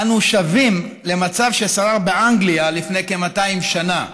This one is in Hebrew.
אנו שבים למצב ששרר באנגליה לפני כ-200 שנה.